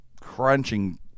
crunching